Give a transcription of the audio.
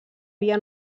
via